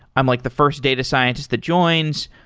i'm like the first data scientist the joins.